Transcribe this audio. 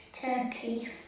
turkey